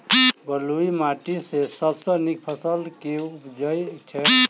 बलुई माटि मे सबसँ नीक फसल केँ उबजई छै?